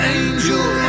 angel